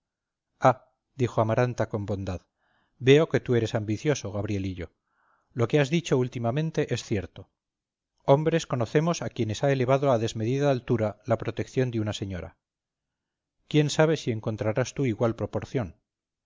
dijo amaranta con bondad veo que tú eres ambicioso gabrielillo lo que has dicho últimamente es cierto hombres conocemos a quienes ha elevado a desmedida altura la protección de una señora quién sabe si encontrarás tú igual proporción